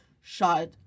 shot